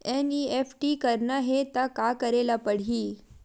NEFT करना हे त का करे ल पड़हि?